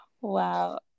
wow